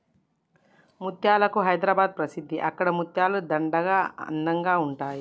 ముత్యాలకు హైదరాబాద్ ప్రసిద్ధి అక్కడి ముత్యాల దండలు అందంగా ఉంటాయి